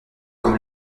comme